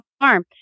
farm